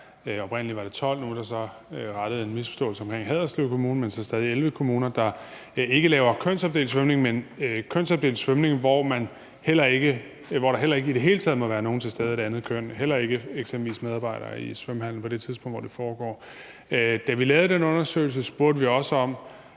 oprindelig var det 12; nu er der så rettet en misforståelse omkring Haderslev Kommune – der ikke bare laver kønsopdelt svømning; de laver kønsopdelt svømning, hvor der i det hele taget ikke må være nogen til stede af det andet køn, heller ikke eksempelvis medarbejdere i svømmehallen, på det tidspunkt, hvor det foregår. Da vi lavede den undersøgelse, spurgte vi også om,